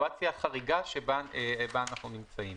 בסיטואציה חריגה שבה אנחנו נמצאים.